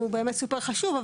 הוא באמת סופר חשוב,